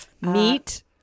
meat